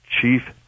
chief